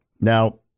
Now